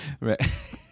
Right